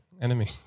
Enemy